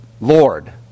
Lord